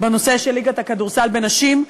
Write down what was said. בנושא של ליגת הכדורסל לנשים.